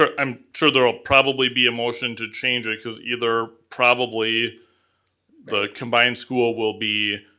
ah i'm sure there will probably be a motion to change it because either probably the combined school will be